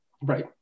Right